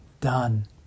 done